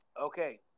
okay